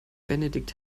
benedikt